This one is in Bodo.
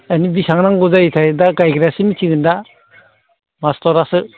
दा बेसेबां नांगौ जायोथाय दा गायग्रायासो मिथिसिगोन दा मास्टारासो